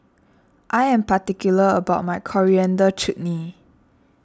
I am particular about my Coriander Chutney